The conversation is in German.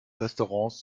restaurants